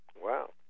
Wow